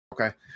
Okay